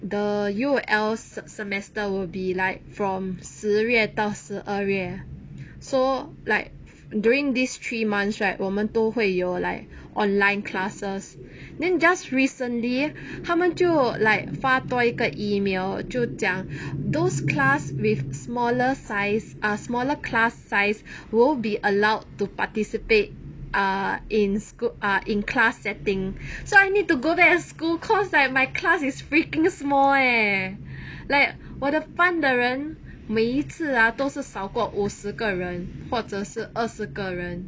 the U_L semester will be like from 十月到十二月 so like during these three months right 我们都会有 like online classes then just recently 他们就 like 发多一个 email 就讲 those class with smaller size ah smaller class size will be allowed to participate ah in school ah in class setting so I need to go back to school cause like my class is freaking small eh like 我的班的人每一次啊都是少过五十个人或者是二十个人